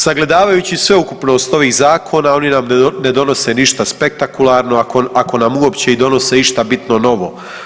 Sagledavajući sveukupnost ovih zakona oni nam ne donose ništa spektakularno ako nam uopće i donose išta bitno novo.